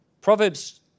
Proverbs